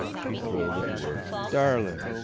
she thrilled at the words. darling!